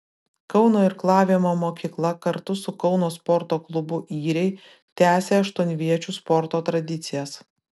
kauno irklavimo mokykla kartu su kauno sporto klubu yriai tęsė aštuonviečių sporto tradicijas